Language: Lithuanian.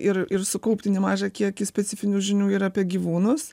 ir ir sukaupti nemažą kiekį specifinių žinių ir apie gyvūnus